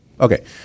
Okay